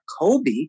Kobe